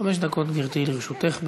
חמש דקות, גברתי, לרשותך.